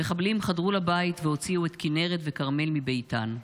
המחבלים חדרו לבית והוציאו את כנרת וכרמל מביתן.